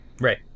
Right